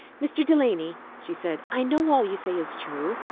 mr. delany, she said, i know all you say is true.